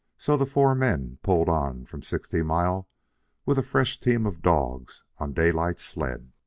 so the four men pulled on from sixty mile with a fresh team of dogs on daylight's sled.